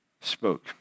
spoke